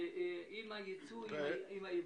עם הייבוא מטורקיה.